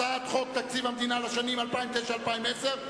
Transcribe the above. חוק התקציב לשנות הכספים 2009 ו-2010,